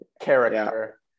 character